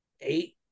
eight